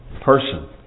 person